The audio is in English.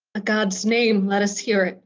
a god's name let us hear it.